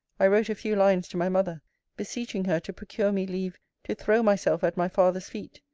i wrote a few lines to my mother beseeching her to procure me leave to throw myself at my father's feet,